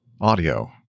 audio